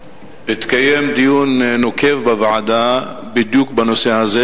בוועדה דיון נוקב בדיוק בנושא הזה,